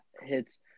hits